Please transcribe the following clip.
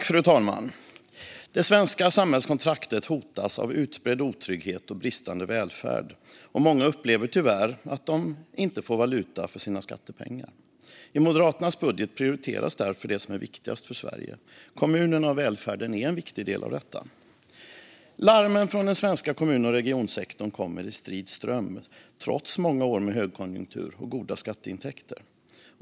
Fru talman! Det svenska samhällskontraktet hotas av utbredd otrygghet och bristande välfärd, och många upplever tyvärr att de inte får valuta för sina skattepengar. I Moderaternas budget prioriteras därför det som är viktigast för Sverige. Kommunerna och välfärden är en viktig del av detta. Larmen från den svenska kommun och regionsektorn kommer i strid ström, trots många år med högkonjunktur och goda skatteintäkter.